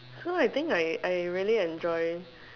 so I think I I really enjoy